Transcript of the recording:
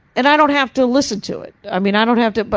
and i don't have to listen to it. i mean, i don't have to,